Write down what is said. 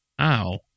Ow